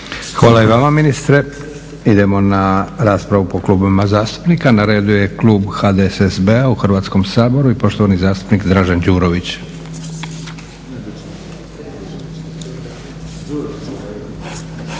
Hvala i vama ministre. Idemo na raspravu po klubovima zastupnika. Na redu je klub HDSSB-a u Hrvatskom saboru i poštovani zastupnik Dražen Đurović.